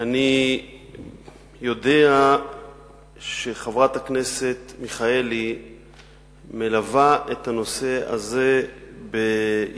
אני יודע שחברת הכנסת מיכאלי מלווה את הנושא הזה באכפתיות